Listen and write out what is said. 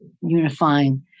unifying